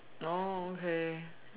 oh okay